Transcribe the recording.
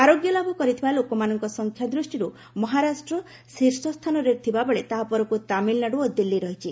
ଆରୋଗ୍ୟ ଲାଭ କରିଥିବା ଲୋକମାନଙ୍କ ସଂଖ୍ୟା ଦୃଷ୍ଟିରୁ ମହାରାଷ୍ଟ୍ର ଶୀର୍ଷସ୍ଥାନରେ ଥିବାବେଳେ ତାହାପରକୁ ତାମିଲନାଡ଼ୁ ଓ ଦିଲ୍ଲୀ ରହିଛି